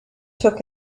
took